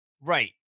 Right